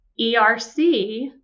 ERC